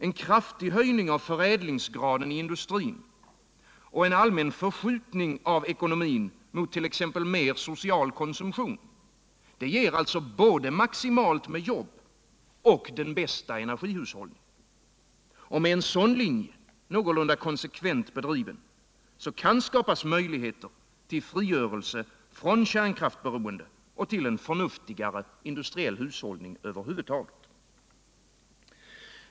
En kraftig höjning av förädlingsgraden i industrin och en allmän förskjutning av ekonomin i riktning mot t.ex. mer social konsumtion ger alltså både maximalt med jobb och den bästa energihushållningen. Med en sådan linje, någorlunda konsekvent bedriven, kan möjligheter skapas till frigörelse från kärnkraftsberoende och ull en förnuftigare industriell hushållning över huvud taget.